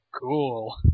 Cool